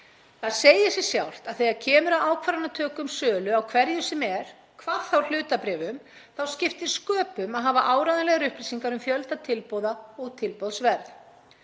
Það segir sig sjálft að þegar kemur að ákvarðanatöku um sölu á hverju sem er, hvað þá hlutabréfum, þá skiptir sköpum að hafa áreiðanlegar upplýsingar um fjölda tilboða og tilboðsverð.